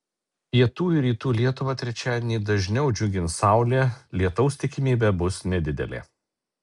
pietų ir rytų lietuvą trečiadienį dažniau džiugins saulė lietaus tikimybė bus nedidelė